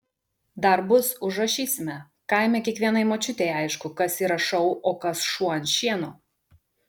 dar bus užrašysime kaime kiekvienai močiutei aišku kas yra šou o kas šuo ant šieno